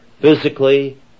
physically